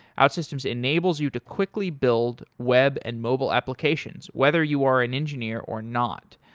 outsystems enables you to quickly build web and mobile applications whether you are an engineer or not.